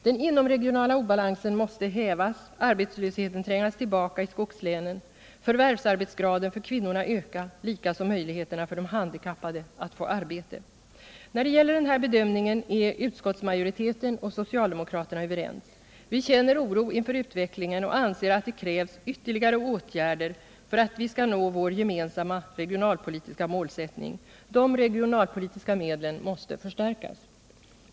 Den inomregionala obalansen måste hävas, arbetslösheten tvingas tillbaka i skogslänen, förvärvsarbetsgraden för kvinnorna öka, likaså möjligheterna för de handikappade att få arbete. När det gäller den här bedömningen är utskottsmajoriteten och socialdemokraterna överens. Vi känner oro inför utvecklingen och anser att det krävs ytterligare åtgärder för att vi skall nå vår gemensamma regionalpolitiska målsättning. De regionalpolitiska medlen måste förstärkas.